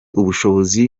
ubushobozi